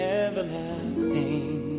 everlasting